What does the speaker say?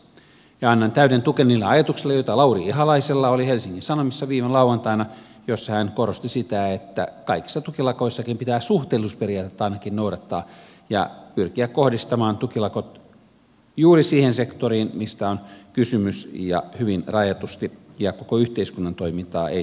annan täyden tukeni niille ajatuksille joita lauri ihalaisella oli helsingin sanomissa viime lauantaina jossa hän korosti sitä että kaikissa tukilakoissakin pitää suhteellisuusperiaatetta ainakin noudattaa ja pyrkiä kohdistamaan tukilakot juuri siihen sektoriin mistä on kysymys ja hyvin rajatusti ja koko yhteiskunnan toimintaa ei saa häiritä